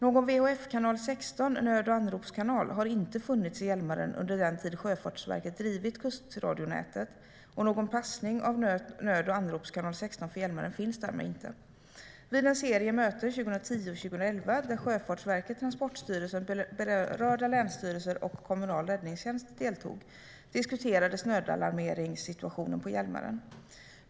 Någon VHF-kanal 16 har inte funnits i Hjälmaren under den tid Sjöfartsverket drivit Kustradionätet, och någon passning av nöd och anropskanal 16 för Hjälmaren finns därmed inte. Vid en serie möten 2010 och 2011 där Sjöfartsverket, Transportstyrelsen, berörda länsstyrelser och kommunala räddningstjänster deltog diskuterades nödalarmeringssituationen på Hjälmaren.